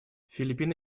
филиппины